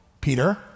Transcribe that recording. Peter